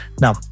Now